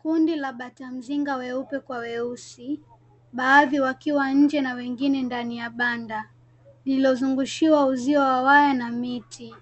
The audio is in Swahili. Kundi la bata mzinga weupe kwa weusi, baadhi wakiwa nje na wengine ndani ya banda lililozungushiwa uzio wa waya na miti,